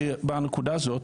בנקודה הזאת,